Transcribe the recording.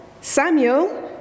Samuel